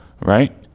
right